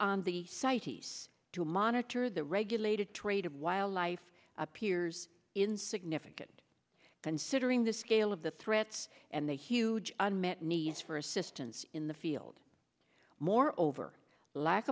s to monitor the regulated trade of wildlife appears in significant considering the scale of the threats and the huge unmet needs for assistance in the field moreover lack